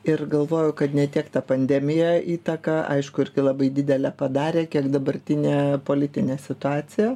ir galvoju kad ne tiek ta pandemija įtaką aišku irgi labai didelę padarė kiek dabartinė politinė situacija